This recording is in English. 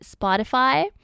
Spotify